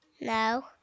No